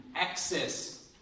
access